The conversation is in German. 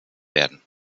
werden